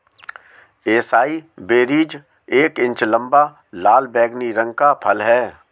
acai berries एक इंच लंबा, लाल बैंगनी रंग का फल है